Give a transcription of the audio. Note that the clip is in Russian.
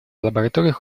лабораториях